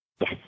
Yes